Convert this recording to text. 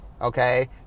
okay